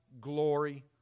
glory